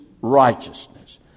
righteousness